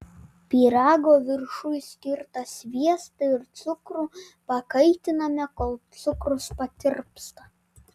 pyrago viršui skirtą sviestą ir cukrų pakaitiname kol cukrus patirpsta